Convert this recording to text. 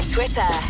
Twitter